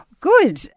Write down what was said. Good